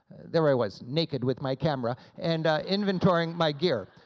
there i was, naked with my camera and inventoring my gear.